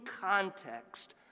context